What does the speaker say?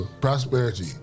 Prosperity